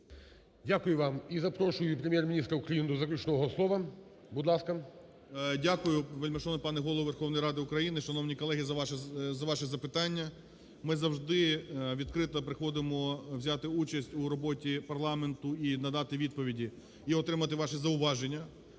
Дякую вам. І запрошую Прем'єр-міністра України до заключного слова, будь ласка. 11:10:03 ГРОЙСМАН В.Б. Дякую. Вельмишановний пане Голово Верховної Ради України, шановні колеги, за ваші запитання. Ми завжди відкрито приходимо взяти участь у роботі парламенту і надати відповіді, і отримати ваше зауваження